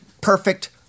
perfect